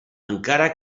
encara